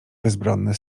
bezbronne